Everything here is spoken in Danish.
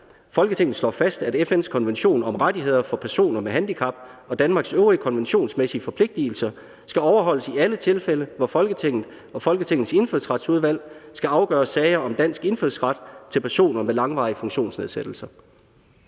»Folketinget slår fast, at FN's Konvention om Rettigheder for Personer med Handicap og Danmarks øvrige konventionsmæssige forpligtelser skal overholdes i alle tilfælde, hvor Folketinget og Folketingets Indfødsretsudvalg skal afgøre sager om dansk indfødsret til personer med langvarige funktionsnedsættelser.«